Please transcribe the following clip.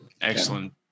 Excellent